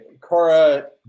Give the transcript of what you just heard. Cora